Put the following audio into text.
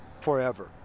forever